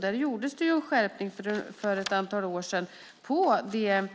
Det gjordes en skärpning för ett antal år sedan med